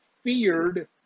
feared